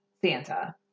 Santa